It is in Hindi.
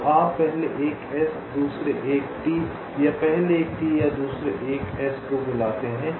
तो आप पहले एक S दूसरे एक T या पहले एक T और दूसरे एक S को बुलाते हैं